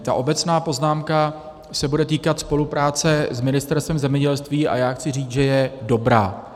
Ta obecná poznámka se bude týkat spolupráce s Ministerstvem zemědělství, a já chci říct, že je dobrá.